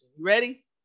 ready